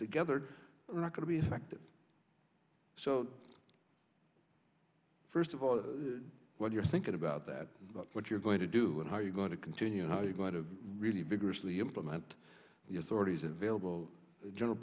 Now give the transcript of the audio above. together are not going to be effective so first of all what you're thinking about that what you're going to do and how you're going to continue how you're going to really be grossly implement the authorities unveiled the general